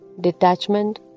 Detachment